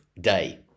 day